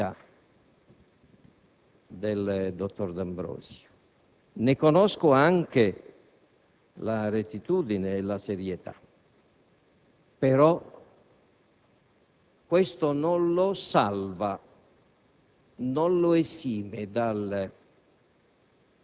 fra il Presidente del Consiglio, che giocava a fare il topo, e un gruppo di magistrati - non la magistratura - che giocavano a fare il gatto.